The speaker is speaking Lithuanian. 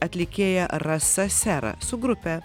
atlikėja rasa sera su grupe